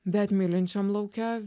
bet mylinčiam lauke